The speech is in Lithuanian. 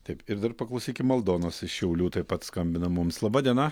taip ir dar paklausykim aldonos iš šiaulių taip pat skambina mums laba diena